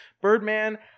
Birdman